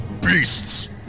beasts